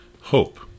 hope